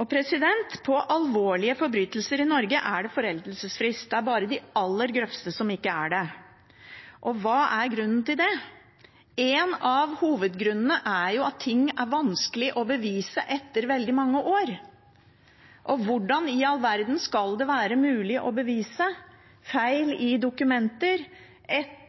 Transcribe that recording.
For alvorlige forbrytelser i Norge er det foreldelsesfrist, det er bare de aller groveste som ikke har det. Og hva er grunnen til det? En av hovedgrunnene er at ting er vanskelige å bevise etter veldig mange år, og hvordan i all verden skal det være mulig å bevise feil i dokumenter etter 15–20 år i et